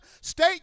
State